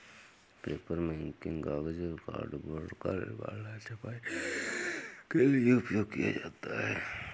papermaking कागज और cardboard का निर्माण है छपाई के लिए उपयोग किया जाता है